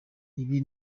ibi